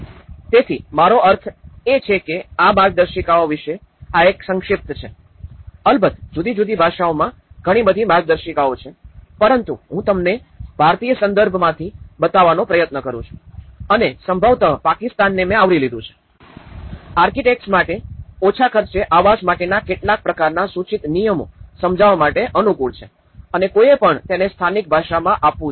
તેથી મારો અર્થ એ છે કે આ માર્ગદર્શિકા વિશે આ એક સંક્ષિપ્ત છે અલબત્ત જુદી જુદી ભાષાઓમાં ઘણી બધી માર્ગદર્શિકાઓ છે પરંતુ હું તમને ભારતીય સંદર્ભમાંથી બતાવવાનો પ્રયત્ન કરું છું અને સંભવત પાકિસ્તાનને મેં આવરી લીધું છે આર્કિટેક્ટ્સ માટે ઓછા ખર્ચે આવાસ માટેના કેટલાક પ્રકારનાં સૂચિત નિયમો સમજવા માટે અનુકૂળ છે અને કોઈએ પણ તેને સ્થાનિક ભાષામાં આપવું જોઈએ